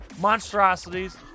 Monstrosities